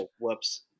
Whoops